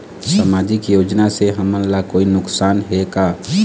सामाजिक योजना से हमन ला कोई नुकसान हे का?